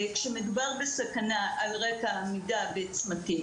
כשמדובר בסכנה על רקע עמידה בצמתים,